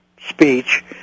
speech